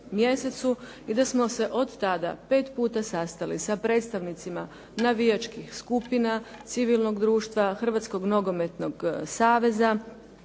i da smo se od tada pet puta sastali sa predstavnicima navijačkih skupina civilnog društva, Hrvatskog nogometnog saveza,